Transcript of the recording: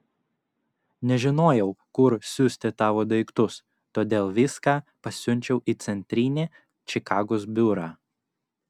nežinojau kur siųsti tavo daiktus todėl viską pasiunčiau į centrinį čikagos biurą